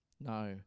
No